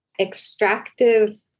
Extractive